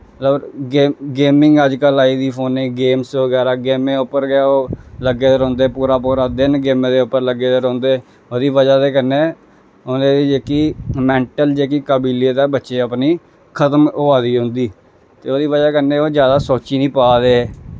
गे गेमिंग अज्जकल आई गेदी फोनै च गेम्स बगैरा गेमें उप्पर गै ओह् लग्गे दे रौंह्दे पूरा पूरा दिन गेमै दे उप्पर लग्गे दे रौंह्दे ओह्दी बज़ह् दे कन्नै उ'नेंगी जेह्की मैंटल जेह्की काबिलियत ऐ बच्चे अपनी खतम होआ दी उंदी ते ओह्दी बजह् कन्नै ओह् जादा सोची निं पा दे